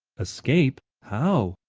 escape! how?